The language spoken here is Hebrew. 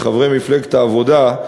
מחברי מפלגת העבודה,